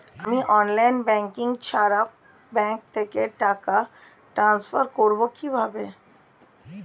আমি online banking ছাড়া bank থেকে টাকা ট্রান্সফার করবো কিভাবে?